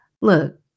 Look